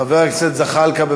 חבר הכנסת זחאלקה.